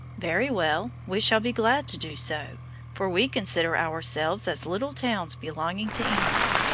very well, we shall be glad to do so for we consider ourselves as little towns belonging to england,